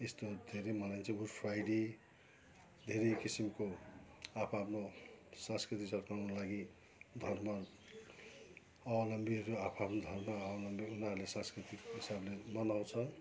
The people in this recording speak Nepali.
यस्तोहरू धेरै मनाइन्छ गुड फ्राइडे धेरै किसिमको आफ्आफ्नो संस्कृति झल्काउनको लागि धर्म अवलम्बीहरू आफ्नो आफ्नो धर्म अवलम्बी उनीहरूले सांस्कृतिक हिसाबले मनाउँछ